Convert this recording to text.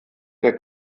der